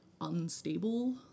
unstable